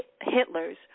hitler's